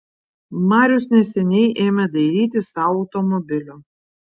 marius neseniai ėmė dairytis sau automobilio